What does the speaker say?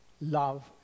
love